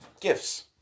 gifts